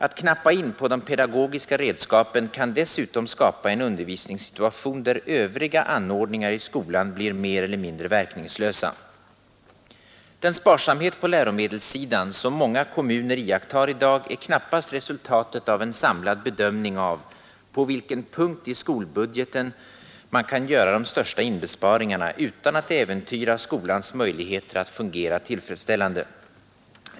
Att knappa in på de pedagogiska redskapen kan dessutom skapa en undervisningssituation där övriga anordningar i skolan blir mer eller mindre verkningslösa. Den sparsamhet på läromedelssidan som många kommuner iakttar i dag är knappast resultatet av en samlad bedömning av på vilken punkt i skolbudgeten man kan göra de största inbesparingarna utan att äventyra skolans möjligheter att fungera tillfredsställande.